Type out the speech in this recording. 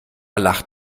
lacht